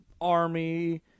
Army